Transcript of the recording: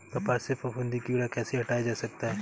कपास से फफूंदी कीड़ा कैसे हटाया जा सकता है?